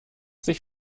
sich